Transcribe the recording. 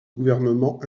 gouvernement